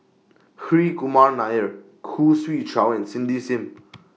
Hri Kumar Nair Khoo Swee Chiow and Cindy SIM